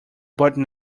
button